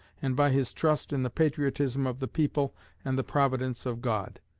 and by his trust in the patriotism of the people and the providence of god.